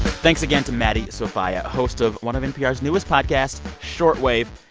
thanks again to maddie sofia, host of one of npr's newest podcasts, short wave.